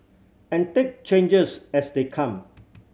and take changes as they come